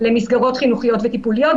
למסגרות חינוכיות וטיפוליות.